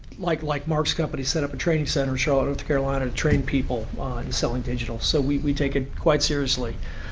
like like mark's company set up a training center in charlotte, north carolina and trained people on selling digital. so we take it quite seriously.